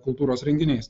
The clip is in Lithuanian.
kultūros renginiais